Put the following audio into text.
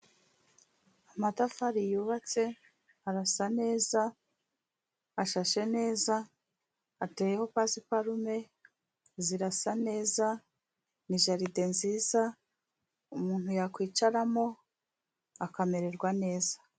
Amatafari yubatse, arasa neza, ashashe neza, ateyeho pasiparume, zirasa neza, ni jaride nziza umuntu yakwicaramo akamererwa neza.